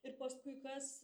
ir paskui kas